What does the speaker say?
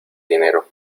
dinero